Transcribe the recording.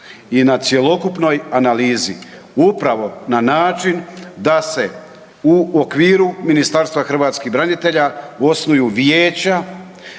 i na cjelokupnoj analizi upravo na način da se u okviru Ministarstva hrvatskih branitelja osnuju vijeća